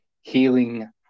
healing